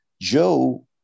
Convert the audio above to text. Joe